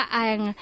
ang